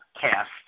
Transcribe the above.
cast